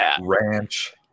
ranch